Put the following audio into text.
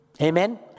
Amen